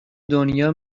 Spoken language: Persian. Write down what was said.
دنیا